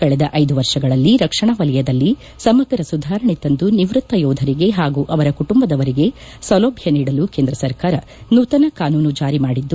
ಕಳೆದ ಐದು ವರ್ಷಗಳಲ್ಲಿ ರಕ್ಷಣಾ ವಲಯದಲ್ಲಿ ಸಮಗ್ರ ಸುಧಾರಣೆ ತಂದು ನಿವ್ವತ್ತ ಯೋಧರಿಗೆ ಹಾಗೂ ಅವರ ಕುಟುಂಬದವರಿಗೆ ಸೌಲಭ್ಞ ನೀಡಲು ಕೇಂದ್ರ ಸರ್ಕಾರ ನೂತನ ಕಾನೂನು ಜಾರಿ ಮಾಡಿದೆ